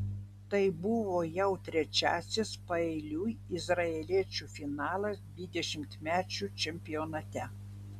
tai buvo jau trečiasis paeiliui izraeliečių finalas dvidešimtmečių čempionate